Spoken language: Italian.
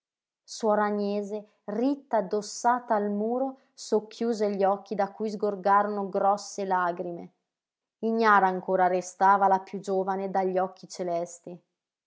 suor agnese ritta addossata al muro socchiuse gli occhi da cui sgorgarono grosse lagrime ignara ancora restava la piú giovane dagli occhi celesti